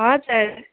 हजुर